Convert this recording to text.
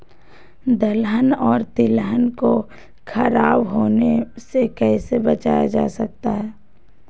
दलहन और तिलहन को खराब होने से कैसे बचाया जा सकता है?